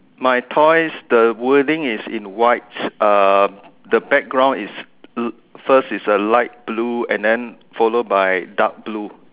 my toys the wording is in white um the background is l~ first is a light blue and then followed by dark blue